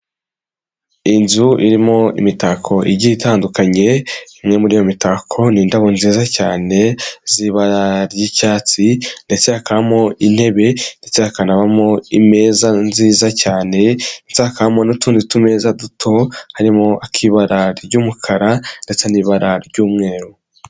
Inzu irimo imitako igiye itandukanye imwe muri iyo mitako ni indabo nziza cyane z'ibara ry'icyatsi ndetse hakabamo intebe ndetse hakanabamo imeza nziza cyane, ndetse hakabamo n'utundi tumeza duto, harimo ak'ibara ry'umukara ndetse n'ibara ry'umweru.